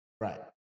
Right